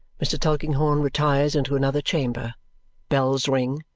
mr. tulkinghorn retires into another chamber bells ring,